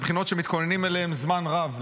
אלה בחינות שמתכוננים אליהן זמן רב,